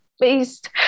based